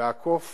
לעקוף